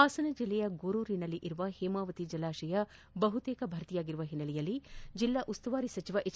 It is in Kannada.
ಹಾಸನ ಜಿಲ್ಲೆಯ ಗೋರೂರಿನಲ್ಲಿರುವ ಹೇಮಾವತಿ ಜಲಾಶಯ ಬಹುತೇಕ ಭರ್ತಿಯಾಗಿರುವ ಹಿನ್ನೆಲೆಯಲ್ಲಿ ಜೆಲ್ಲಾ ಉಸ್ತುವಾರಿ ಸಚಿವ ಎಚ್